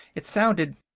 it sounded.